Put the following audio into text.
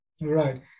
Right